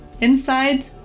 inside